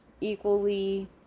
equally